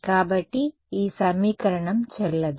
కాబట్టి ఈ సమీకరణం చెల్లదు